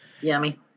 Yummy